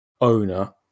owner